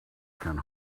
can